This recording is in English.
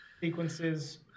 sequences